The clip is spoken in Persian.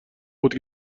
بود